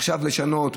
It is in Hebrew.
עכשיו לשנות?